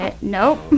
Nope